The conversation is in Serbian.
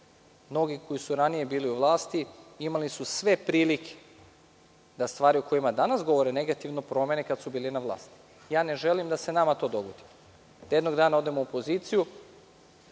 Mnogi koji su ranije bili u vlasti imali su sve prilike da stvari o kojima danas govore negativno promene kada su bili na vlasti. Ne želim da se nama to dogodi i da jednog dana odemo u opoziciju,